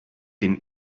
den